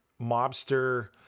mobster